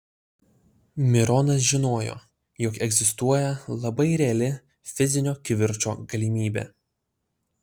mironas žinojo jog egzistuoja labai reali fizinio kivirčo galimybė